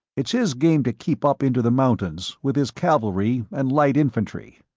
it's his game to keep up into the mountains with his cavalry and light infantry.